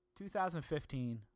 2015